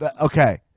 Okay